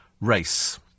race